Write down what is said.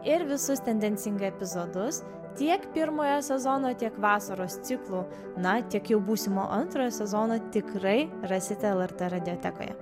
ir visus tendencingai epizodus tiek pirmojo sezono tiek vasaros ciklo na tik jau būsimo antrojo sezono tikrai rasite lrt radiotekoje